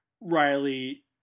Riley